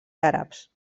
àrabs